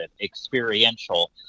experiential